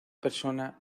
persona